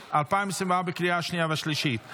(אי-מתן אשרה ורישיון ישיבה בישראל),